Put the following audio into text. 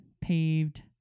paved